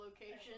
location